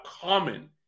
common